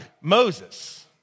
Moses